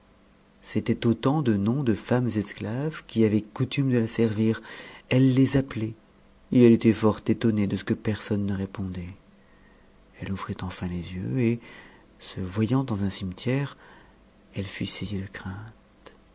c'étaient autant de noms de femmes esclaves qui avaient coutume de la servir elle les appelait et elle était fort étonnée de ce que personne ne répondait eue ouvrit enn les yeux et se voyant dans un cimetière eue fut saisie de crainte